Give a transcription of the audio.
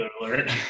alert